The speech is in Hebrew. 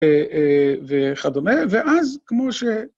וכדומה, ואז כמו ש...